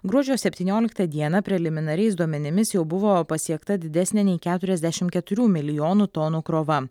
gruodžio septynioliktą dieną preliminariais duomenimis jau buvo pasiekta didesnė nei keturiasdešim keturių milijonų tonų krova